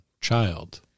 child